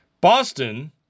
Boston